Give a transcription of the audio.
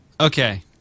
Okay